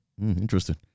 Interesting